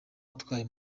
atwaye